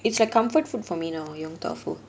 it's a comfort food for me now yong tau foo